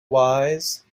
wise